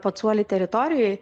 pacuoli teritorijoj